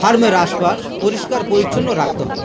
ফার্মের আশপাশ পরিষ্কার পরিচ্ছন্ন রাখতে হয়